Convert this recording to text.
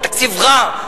התקציב רע,